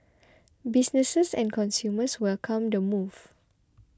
businesses and consumers welcomed the move